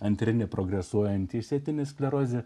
antrinė progresuojanti išsėtinė sklerozė